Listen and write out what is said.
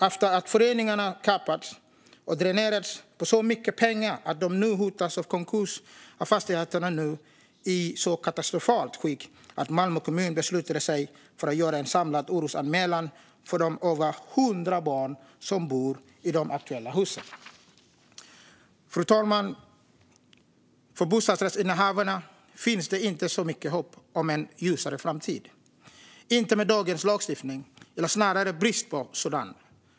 Efter att föreningarna kapats och dränerats på så mycket pengar att de hotas av konkurs är fastigheterna nu i så katastrofalt skick att Malmö kommun beslutade sig för att göra en samlad orosanmälan för de över hundra barn som bor i de aktuella husen. Fru talman! För bostadsrättsinnehavarna finns det inte så mycket hopp om en ljusare framtid - inte med dagens lagstiftning, eller snarare brist på sådan.